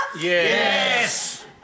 Yes